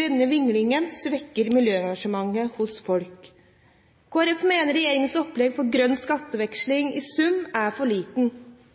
Denne vinglingen svekker miljøengasjementet hos folk. Kristelig Folkeparti mener regjeringens opplegg for grønn